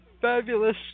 fabulous